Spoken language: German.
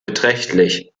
beträchtlich